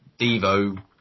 Devo